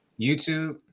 YouTube